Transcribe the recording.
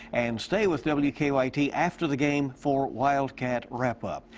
and stay with w k y t after the game for wildcat wrap-up.